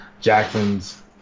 Jackson's